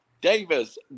davis